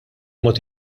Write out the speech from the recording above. mod